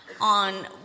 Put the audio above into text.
on